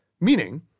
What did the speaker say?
meaning